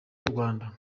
rwanda